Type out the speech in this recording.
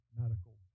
medical